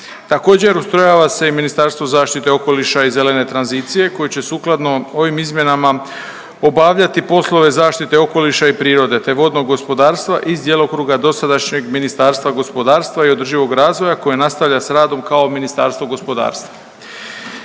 Također ustrojava se i Ministarstvo zaštite okoliša i zelene tranzicije koji će sukladno ovim izmjenama obavljati poslove zaštite okoliša i prirode, te vodnog gospodarstva iz djelokruga dosadašnjeg Ministarstva gospodarstva i održivog razvoja koje nastavlja sa radom kao Ministarstvo gospodarstva.